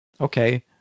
okay